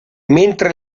mentre